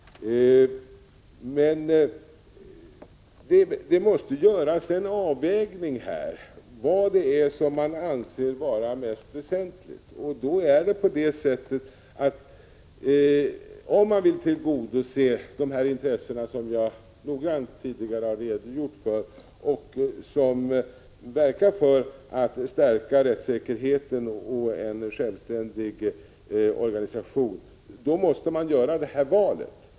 Men det måste här göras en avvägning; man måste avgöra vad det är man anser vara mest väsentligt. Om man vill tillgodose de intressen som jag tidigare noggrant har redogjort för och som bidrar till att stärka rättssäkerheten och en självständig organisation måste man göra det valet.